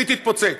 והיא תתפוצץ.